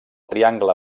triangle